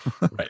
Right